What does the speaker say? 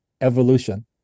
evolution